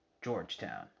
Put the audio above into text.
Georgetown